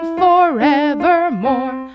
forevermore